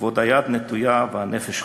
ועוד היד נטויה והנפש חפצה.